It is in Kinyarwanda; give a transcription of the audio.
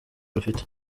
rufite